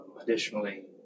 additionally